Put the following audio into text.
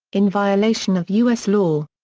in violation of u s. law.